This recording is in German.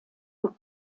und